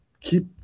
keep